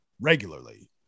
regularly